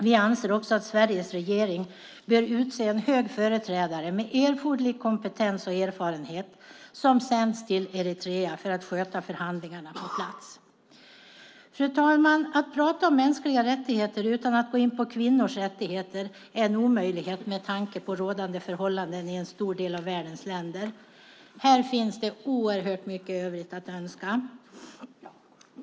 Vi anser också att Sveriges regering bör utse en hög företrädare med erforderlig kompetens och erfarenhet som sänds till Eritrea för att sköta förhandlingarna på plats. Fru talman! Att prata om mänskliga rättigheter utan att gå in på kvinnors rättigheter är en omöjlighet med tanke på rådande förhållanden i en stor del av världens länder. Här finns det oerhört mycket övrigt att önska.